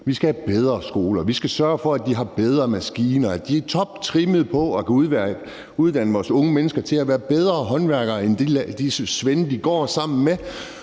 Vi skal have bedre skoler. Vi skal sørge for, at de har bedre maskiner, og at de er toptrimmet til at kunne uddanne vores unge mennesker til at være bedre håndværkere end de svende,